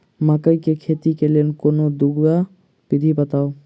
मकई केँ खेती केँ लेल कोनो दुगो विधि बताऊ?